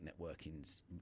networking's